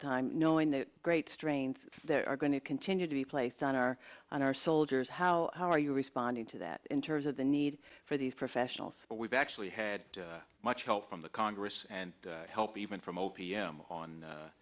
time knowing the great strains there are going to continue to be placed on our on our soldiers how are you responding to that in terms of the need for these professionals but we've actually had much help from the congress and help even from o p m on